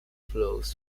flows